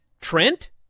Trent